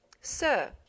Sir